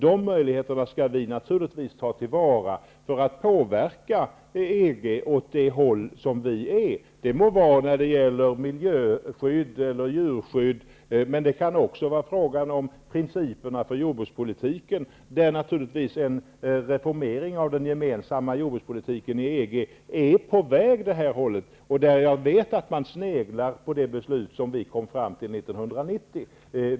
Dessa möjligheter skall vi naturligtvis ta till vara för att påverka EG åt vårt håll. Det må gälla miljöskydd, djurskydd eller principerna för jordbrukspolitiken, där en reformering av den gemensamma jordbrukspolitiken i EG naturligtvis är på väg åt detta håll. Jag vet att man sneglar på det beslut som vi kom fram till 1990.